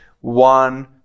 one